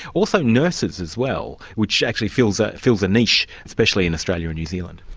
also nurses as well, which actually fills ah fills a niche, especially in australia and new zealand.